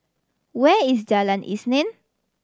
where is Jalan Isnin